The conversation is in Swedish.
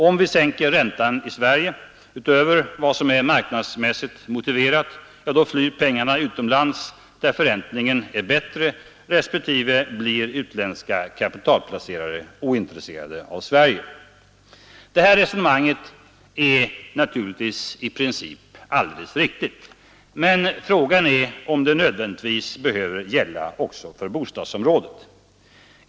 Om vi sänker räntan i Sverige under vad som är marknadsmässigt motiverat, då flyr pengarna utomlands där förräntningen är bättre, respektive blir utländska kapitalplacerare ointresserade av Sverige. Det här resonemanget är naturligtvis i princip alldeles riktigt, men frågan är om det nödvändigtvis behöver gälla också för bostadsområdet.